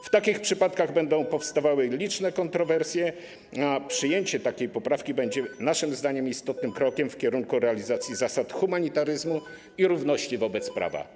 W takich przypadkach będą powstawały liczne kontrowersje, a przyjęcie takiej poprawki będzie naszym zdaniem istotnym krokiem w kierunku realizacji zasad humanitaryzmu i równości wobec prawa.